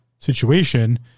situation